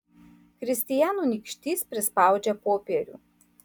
kristijano nykštys prispaudžia popierių